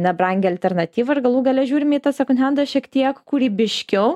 nebrangią alternatyvą ir galų gale žiūrime į tą sekon hendą šiek tiek kūrybiškiau